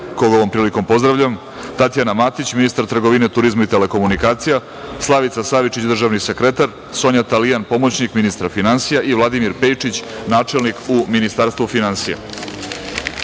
koga ovom prilikom pozdravljam, Tatjana Matić, ministar trgovine, turizma i telekomunikacija, Slavica Savičić, državni sekretar u Ministarstvu finansija, Sonja Talijan, pomoćnik ministra finansija i Vladimir Pejičić, načelnik u Ministarstvu finansija. Molim